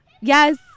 yes